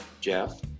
jeff